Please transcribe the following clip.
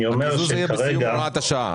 אני אומר שכרגע --- הקיזוז יהיה בסיום הוראת השעה,